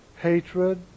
hatred